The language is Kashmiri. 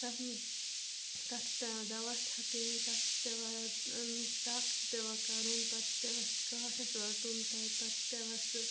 تتھ تتھ چھِ پیٚوان دوا چھَکٕنۍ تتھ چھِ پٚیوان اۭں ٹَک چھِ پیٚوان کرُن پتہٕ چھِ پیٚوان سُہ کاٹھ اسہِ وٹُن تتہِ پتہٕ چھِ پیٚوان سُہ